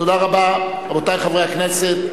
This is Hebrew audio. תודה רבה, רבותי חברי הכנסת.